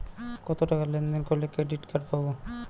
কতটাকা লেনদেন করলে ক্রেডিট কার্ড পাব?